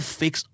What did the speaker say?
fix